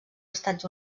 estats